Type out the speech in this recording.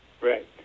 right